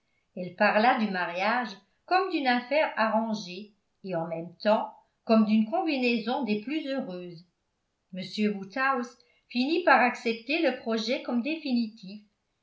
elle parla du mariage comme d'une affaire arrangée et en même temps comme d'une combinaison des plus heureuses m woodhouse fini par accepter le projet comme définitif